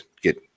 get